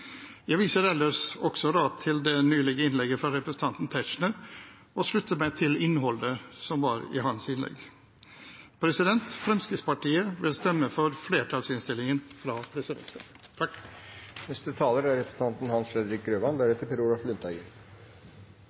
Jeg viser ellers til det nylig avholdte innlegget fra representanten Tetzschner og slutter meg til innholdet i det. Fremskrittspartiet vil stemme for flertallsinnstillingen fra presidentskapet. Det denne saken handler om, er